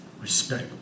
Respect